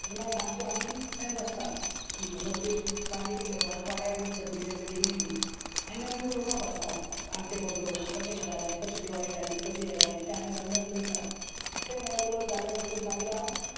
आनी मागीर सांची आमी थंय बसतात सगली फामिली वाड्या वयली सगळीं जें बिल्डींगेतलीं आमी आमी उलोवपा बसतात आमचे खबरो कशें कितें जालें कशी दिवाळी जाली कशें हें जालीं तें आमी सगलें उलोयतात आनी तें मागीर उलोवन जालें म्हणटकूच मागीर हांव